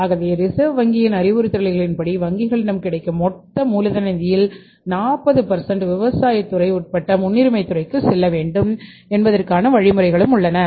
ஆகவே ரிசர்வ் வங்கியின் அறிவுறுத்தல்களின்படி வங்கிகளிடம் கிடைக்கும் மொத்த மூலதன நிதிகளில் 40 விவசாயத் துறை உட்பட முன்னுரிமைத் துறைக்குச் செல்ல வேண்டும் என்பதற்கான வழிமுறைகளும் உள்ளன